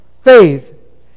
faith